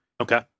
Okay